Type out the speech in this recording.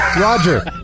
Roger